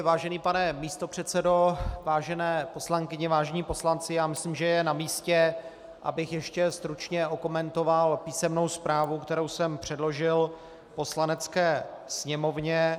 Vážený pane místopředsedo, vážené poslankyně, vážení poslanci, myslím, že je namístě, abych ještě stručně okomentoval písemnou zprávu, kterou jsem předložil Poslanecké sněmovně.